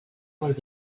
molt